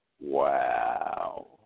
Wow